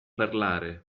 parlare